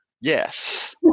yes